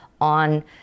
on